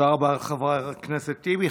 תודה רבה, חבר הכנסת טיבי.